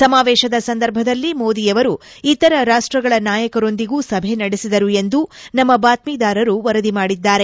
ಸಮಾವೇಶದ ಸಂದರ್ಭದಲ್ಲಿ ಮೋದಿಯವರು ಇತರ ರಾಷ್ಟಗಳ ನಾಯಕರೊಂದಿಗೂ ಸಭೆ ನಡೆಸಿದರು ಎಂದು ನಮ್ಮ ಬಾತ್ಮೀದಾರರು ವರದಿ ಮಾಡಿದ್ದಾರೆ